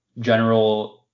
general